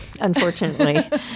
Unfortunately